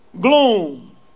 Gloom